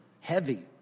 heavy